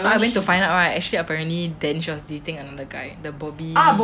so I went to find out right actually apparently then she just dating the another guy the bobby